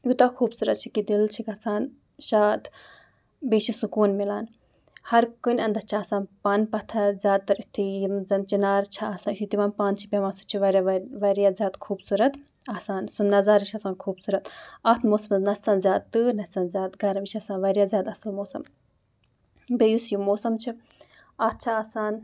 یوٗتاہ خوٗبصوٗرت چھِ کہِ دِل چھِ گژھان شاد بیٚیہِ چھِ سکوٗن مِلان ہَرکُنہِ اَنٛدَس چھِ آسان پَن پَتھَر زیادٕتَر یُتھُے یِم زَن چِنار چھِ آسان یُتھُے تِمَن پَن چھِ پٮ۪وان سُہ چھِ واریاہ وا واریاہ زیادٕ خوٗبصوٗرت آسان سُہ نظارٕ چھِ آسان خوٗبصوٗرت اَتھ موسمَس نہ چھِ آسان زیادٕ تۭر نہ چھِ آسان زیادٕ گَرَم یہِ چھِ آسان واریاہ زیادٕ اَصٕل موسم بیٚیہِ یُس یہِ موسم چھِ اَتھ چھِ آسان